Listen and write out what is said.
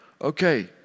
Okay